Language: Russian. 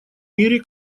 мире